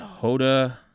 Hoda